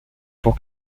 pour